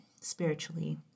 spiritually